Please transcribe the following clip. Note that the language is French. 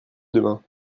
demain